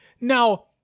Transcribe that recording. Now